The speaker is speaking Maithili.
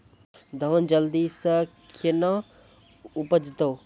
धान जल्दी से के ना उपज तो?